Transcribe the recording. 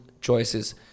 choices